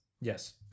Yes